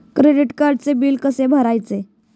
Credit कार्डचे bill कसे भरायचे?